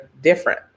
different